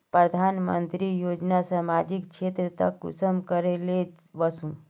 प्रधानमंत्री योजना सामाजिक क्षेत्र तक कुंसम करे ले वसुम?